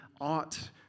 ought